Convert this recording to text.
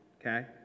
okay